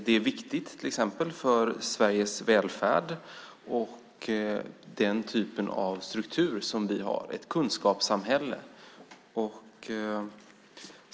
Det är viktigt till exempel för Sveriges välfärd och den typ av struktur som vi har - ett kunskapssamhälle.